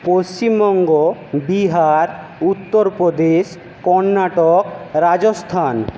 Paschimbanga Bihar Uttar Pradesh Karnataka Rajasthan